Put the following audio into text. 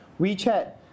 WeChat